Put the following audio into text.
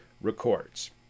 records